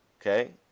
okay